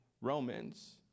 Romans